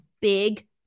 big